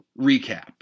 recap